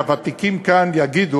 והוותיקים כאן יגידו,